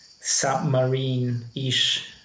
submarine-ish